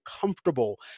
comfortable